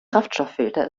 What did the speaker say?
kraftstofffilter